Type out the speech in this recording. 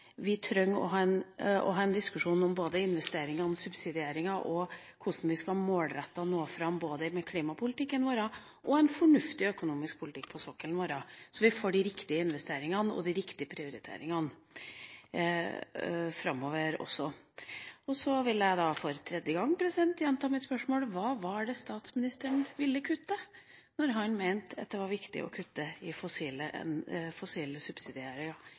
vi trenger å ha en diskusjon om investeringene, subsidieringa og hvordan vi målrettet skal nå fram, både med klimapolitikken vår og en fornuftig økonomisk politikk på sokkelen vår, slik at vi får de riktige investeringene og prioriteringene også framover. For tredje gang vil jeg gjenta mitt spørsmål: Hva var det statsministeren ville kutte da han mente at det var viktig å kutte i